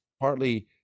partly